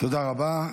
תודה רבה.